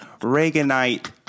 Reaganite